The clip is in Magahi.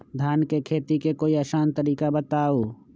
धान के खेती के कोई आसान तरिका बताउ?